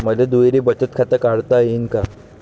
मले दुहेरी बचत खातं काढता येईन का?